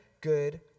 good